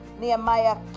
Nehemiah